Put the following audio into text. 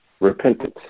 repentance